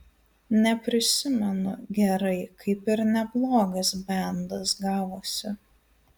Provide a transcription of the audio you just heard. neprisimenu gerai kaip ir neblogas bendas gavosi